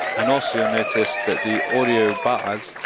and also, you'll notice that the audio bars,